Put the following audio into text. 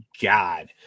God